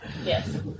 Yes